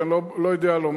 כי אני לא יודע לומר,